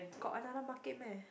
got another Market meh